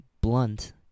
blunt